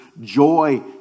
joy